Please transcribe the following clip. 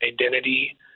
identity